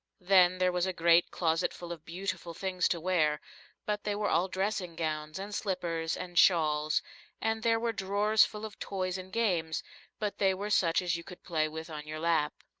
then there was a great closet full of beautiful things to wear but they were all dressing-gowns and slippers and shawls and there were drawers full of toys and games but they were such as you could play with on your lap.